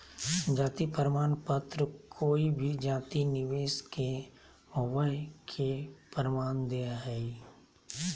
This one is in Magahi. जाति प्रमाण पत्र कोय भी जाति विशेष के होवय के प्रमाण दे हइ